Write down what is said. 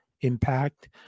impact